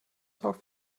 sorgt